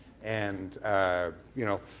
and you know,